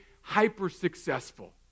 hyper-successful